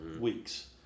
weeks